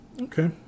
Okay